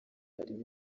harimo